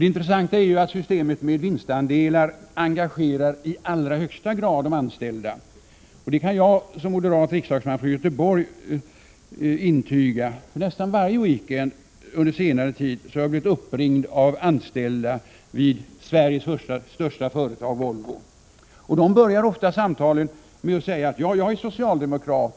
Det intressanta är att systemet med vinstandelar engagerar de anställda i allra högsta grad. Det kan jag som moderat riksdagsman från Göteborg intyga. Nästan varje weekend under senare tid har jag blivit uppringd av anställda vid Sveriges största företag, Volvo. Man börjar ofta samtalet med att säga att ”jag är socialdemokrat”.